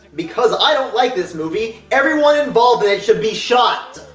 because i don't like this movie, everyone involved in it should be shot!